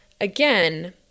again